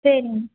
சரிங்கண்ணா